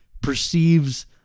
perceives